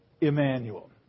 Emmanuel